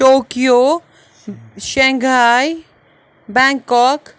Tokyo Shanghai Bangkok